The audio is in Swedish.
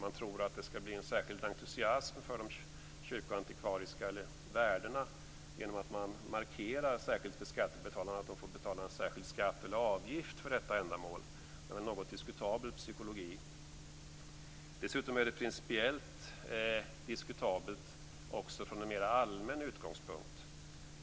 Man tror att det skall bli en särskild entusiasm för de kyrkoantikvariska värdena genom att man särskilt markerar för skattebetalarna att de får betala en speciell skatt eller avgift för detta ändamål. Det är en något diskutabel psykologi. Dessutom är det principiellt diskutabelt också från en mera allmän utgångspunkt.